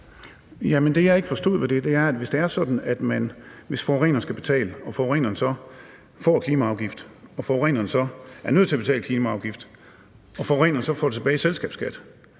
det, jeg ikke forstår ved det, er, at hvis forureneren skal betale, altså forureneren får klimaafgift og er nødt til at betale det, får forureneren det tilbage i selskabsskat.